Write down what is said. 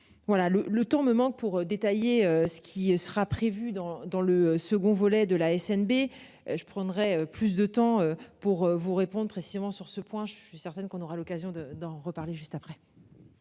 Voilà le le temps me manque pour détailler ce qui sera prévu dans, dans le second volet de la SNB je prendrai plus de temps pour vous répondre précisément sur ce point je suis certaine qu'on aura l'occasion de, d'en reparler juste après.